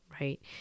right